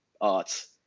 arts